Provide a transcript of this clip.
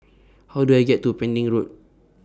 How Do I get to Pending Road